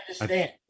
understand